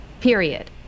period